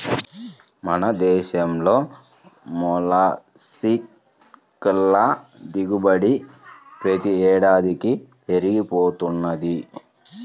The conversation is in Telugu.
మన దేశంలో మొల్లస్క్ ల దిగుబడి ప్రతి ఏడాదికీ పెరిగి పోతున్నది